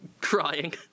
crying